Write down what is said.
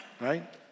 Right